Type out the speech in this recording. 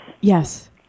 Yes